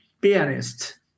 pianist